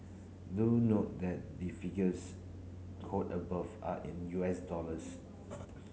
do note that the figures quote above are in U S dollars